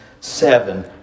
seven